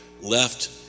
left